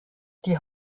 die